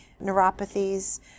neuropathies